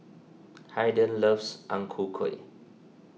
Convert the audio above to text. Haiden loves Ang Ku Kueh